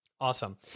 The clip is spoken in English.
Awesome